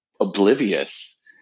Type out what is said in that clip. oblivious